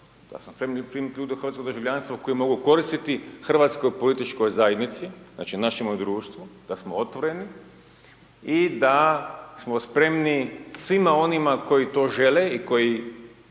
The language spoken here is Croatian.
da smo spremni primiti ljude u hrvatsko državljanstvo koji mogu koristiti hrvatskoj političkoj zajednici, znači našemu društvu, da smo otvoreni i da smo spremni svima onima koji to žele i koji